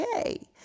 okay